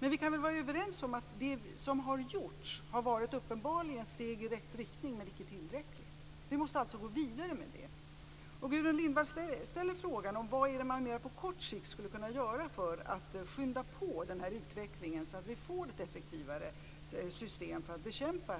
Men vi kan väl vara överens om att det som har gjorts uppenbarligen har varit steg i rätt riktning, även om det inte har varit tillräckligt. Vi måste alltså gå vidare med det. Gudrun Lindvall ställer frågan vad man på mer kort sikt skulle kunna göra för att skynda på utvecklingen så att vi får ett effektivare system för att bekämpa